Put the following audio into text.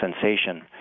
sensation